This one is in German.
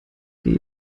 gehe